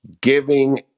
giving